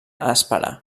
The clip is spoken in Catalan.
esperar